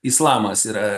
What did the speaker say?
islamas yra